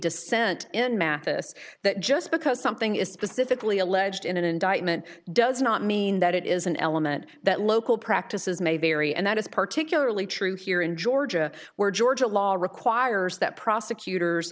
dissent in mathis that just because something is specifically alleged in an indictment does not mean that it is an element that local practices may vary and that is particularly true here in georgia where georgia law requires that prosecutors